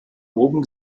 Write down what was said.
oben